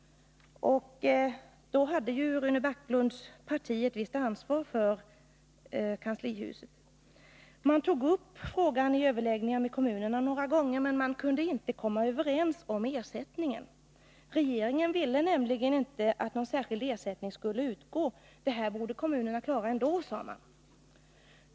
Då hade ju Rune Backlunds parti ett visst ansvar för kanslihuset. Man tog upp frågan i överläggningarna med kommunerna några gånger, men man kunde inte komma överens om ersättningen. Regeringen ville nämligen inte att någon särskild ersättning skulle utgå. Detta borde kommunerna klara ändå, sade man.